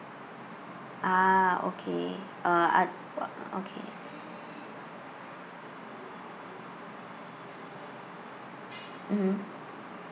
ah okay uh ut~ okay mmhmm